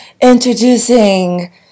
Introducing